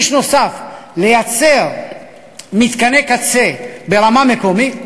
שליש נוסף לייצר מתקני קצה ברמה מקומית,